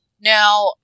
Now